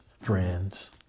friends